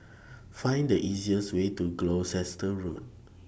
Find The easiest Way to Gloucester Road